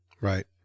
Right